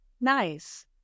Nice